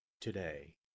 today